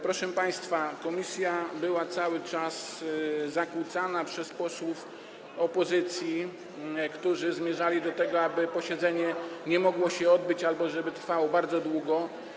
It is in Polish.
Proszę państwa, posiedzenie komisji cały czas było zakłócane przez posłów opozycji, którzy zmierzali do tego, aby posiedzenie nie mogło się odbyć albo żeby trwało bardzo długo.